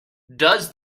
does